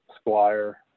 Squire